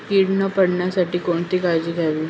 कीड न पडण्यासाठी कोणती काळजी घ्यावी?